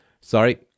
Sorry